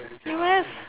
U_S